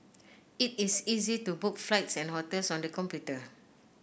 it is easy to book flights and hotels on the computer